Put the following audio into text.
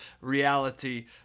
reality